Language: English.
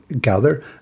gather